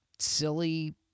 silly